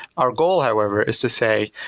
our goal however is to say,